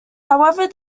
however